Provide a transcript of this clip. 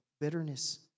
bitterness